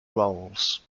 roles